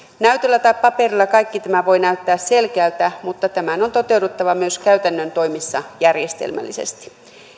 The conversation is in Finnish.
näytöllä tai paperilla kaikki tämä voi näyttää selkeältä mutta tämän on toteuduttava myös käytännön toiminnassa järjestelmällisesti